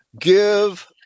give